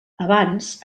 abans